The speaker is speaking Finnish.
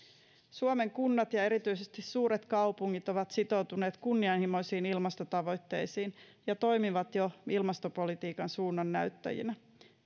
suomen kunnat ja erityisesti suuret kaupungit ovat sitoutuneet kunnianhimoisiin ilmastotavoitteisiin ja toimivat jo ilmastopolitiikan suunnannäyttäjinä